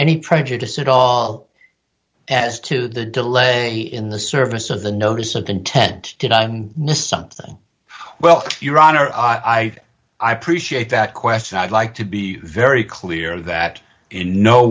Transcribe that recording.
any prejudice at all as to the delay in the service of the notice of intent did i miss something well your honor i appreciate that question i'd like to be very clear that in no